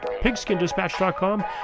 pigskindispatch.com